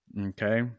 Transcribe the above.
Okay